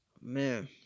man